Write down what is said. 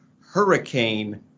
Hurricane